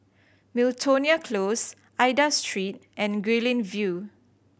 Miltonia Close Aida Street and Guilin View